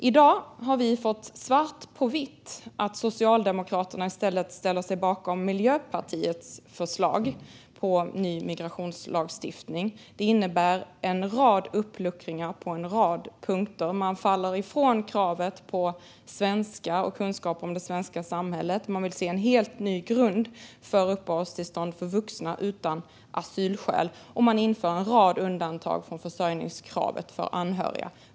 I dag har vi fått svart på vitt att Socialdemokraterna i stället ställer sig bakom Miljöpartiets förslag till ny migrationslagstiftning. Det innebär en rad uppluckringar på en rad punkter. Man går ifrån kravet på svenska och kunskap om det svenska samhället. Man vill se en helt ny grund för uppehållstillstånd för vuxna utan asylskäl, och man inför en rad undantag från försörjningskravet för anhöriga.